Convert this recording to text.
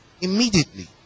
immediately